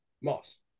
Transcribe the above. Moss